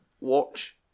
watch